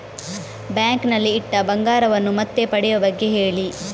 bank ನಲ್ಲಿ ಇಟ್ಟ ಬಂಗಾರವನ್ನು ಮತ್ತೆ ಪಡೆಯುವ ಬಗ್ಗೆ ಹೇಳಿ